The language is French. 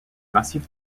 massif